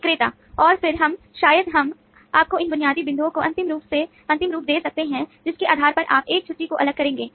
विक्रेता और फिर हम शायद हम आपको इन बुनियादी बिंदुओं को अंतिम रूप दे सकते हैं जिसके आधार पर आप एक छुट्टी को अलग करेंगे